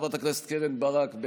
חברת הכנסת קרן ברק,